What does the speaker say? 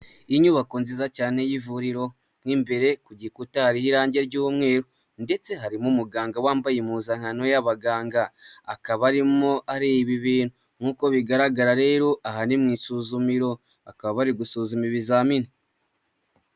Inyubako nziza cyane y'ivuriro mo imbere ku gikuta hari irangi ry'umweru , ndetse harimo umuganga wambaye impuzankano y'abaganga , akaba arimo areba ibintu. Nk'uko bigaragara rero aha ni mu isuzumiro bakaba bari gusuzuma ibizamini.